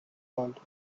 called